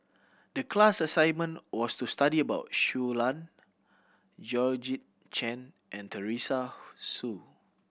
the class assignment was to study about Shui Lan Georgette Chen and Teresa Hsu